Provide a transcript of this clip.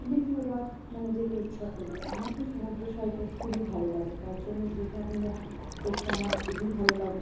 দ্বিতীয়বার মানে যেতে ইচ্ছা করবে আমার তো সমুদ্র সৈকত খুবই ভালো লাগে তার জন্য দ্রীঘা ভ্রমণ করতে আমার খুবই ভালো লাগে